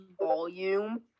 volume